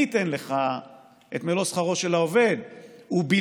אני אתן לך את מלוא שכרו של העובד ובלבד